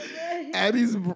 Addy's